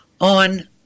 on